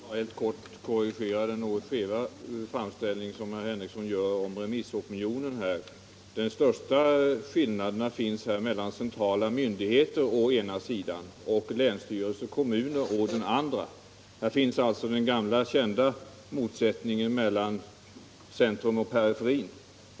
Herr talman! Jag vill bara helt kort korrigera den något skeva framställning som herr Henrikson gör om remissopinionen. De största skillnaderna finns mellan centrala myndigheter å ena sidan och länsstyrelse och kommuner å den andra. Här finns alltså den gamla kända motsättningen mellan centrum och periferin.